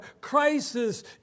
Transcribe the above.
crisis